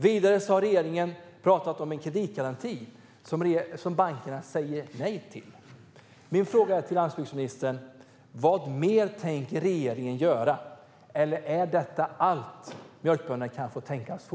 Vidare har regeringen talat om en kreditgaranti som bankerna säger nej till. Min fråga till landsbygdsministern är: Vad mer tänker regeringen göra, eller är detta allt som mjölkbönderna kan tänkas få?